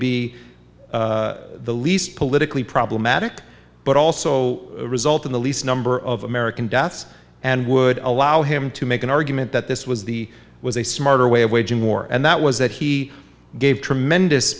be the least politically problematic but also result in the least number of american deaths and would allow him to make an argument that this was the was a smarter way of waging war and that was that he gave tremendous